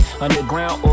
underground